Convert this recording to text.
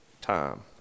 time